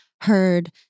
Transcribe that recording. heard